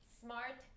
smart